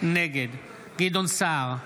נגד גדעון סער,